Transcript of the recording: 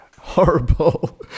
horrible